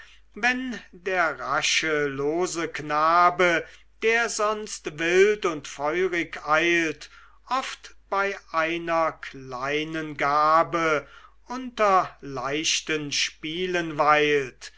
wenn der rasche lose knabe der sonst wild und feurig eilt oft bei einer kleinen gabe unter leichten spielen weilt